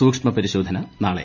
സൂക്ഷ്മപരിശോധന നാളെ